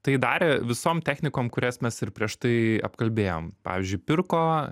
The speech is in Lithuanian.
tai darė visom technikom kurias mes ir prieš tai apkalbėjom pavyzdžiui pirko